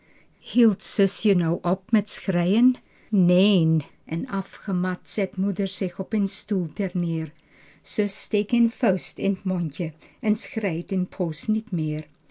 hield zusje nu op met schreien neen en afgemat zet moeder zich op een stoel terneer zus steekt een vuist in t mondje en schreit een poos niet meer